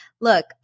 Look